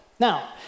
Now